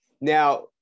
Now